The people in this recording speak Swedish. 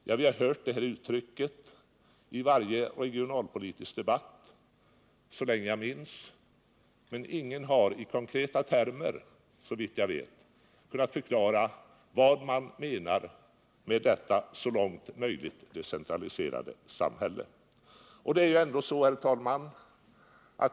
Så länge jag minns har vi hört det i varje regionalpolitisk debatt, men ingen har i konkreta termer — såvitt jag vet — kunnat förklara vad man menar med ”ett så långt möjligt decentraliserat samhälle”.